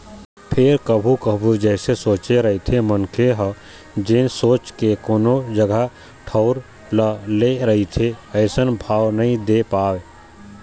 फेर कभू कभू जइसे सोचे रहिथे मनखे ह जेन सोच के कोनो जगा ठउर ल ले रहिथे अइसन भाव नइ दे पावय